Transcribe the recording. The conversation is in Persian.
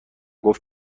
گفت